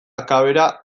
akabera